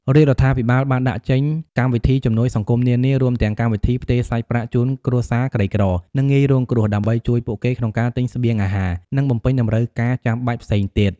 រាជរដ្ឋាភិបាលបានដាក់ចេញកម្មវិធីជំនួយសង្គមនានា រួមទាំងកម្មវិធីផ្ទេរសាច់ប្រាក់ជូនគ្រួសារក្រីក្រ និងងាយរងគ្រោះ ដើម្បីជួយពួកគេក្នុងការទិញស្បៀងអាហារ និងបំពេញតម្រូវការចាំបាច់ផ្សេងទៀត។